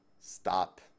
Stop